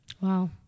Wow